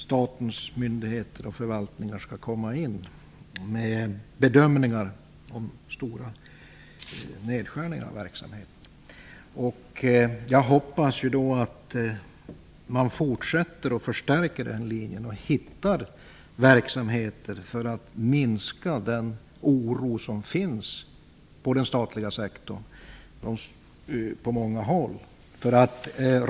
Statens myndigheter och förvaltningar skall komma in med bedömningar beträffande stora nedskärningar i verksamheten. Jag hoppas att man fortsätter med och även stärker den linjen och att man hittar verksamheter, så att den oro kan minskas som finns på många håll inom den statliga sektorn.